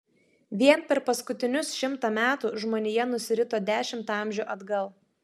vien per paskutinius šimtą metų žmonija nusirito dešimt amžių atgal